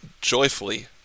joyfully